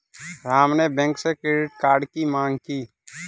राम ने बैंक से credit card की माँग की